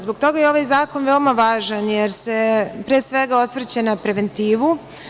Zbog toga je ovaj zakona veoma važan, jer se, pre svega, osvrće na preventivu.